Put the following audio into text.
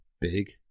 big